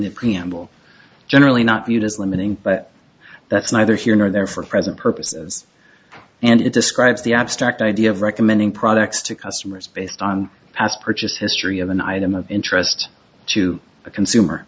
the preamble generally not viewed as limiting but that's neither here nor there for present purposes and it describes the abstract idea of recommending products to customers based on past purchase history of an item of interest to a consumer